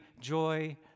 joy